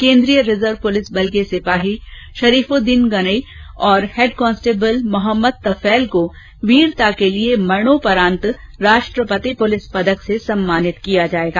केन्द्रीय reserve police बल के सिपाही शरीफुद्दीन गनई और हैड कॉस्टेबल मोहम्मद तफैल को वीरता के लिए मरणोपरात राष्ट्रपति पुलिस पदक से सम्मानित किया जायेगा